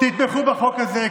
תתמכו בחוק הזה,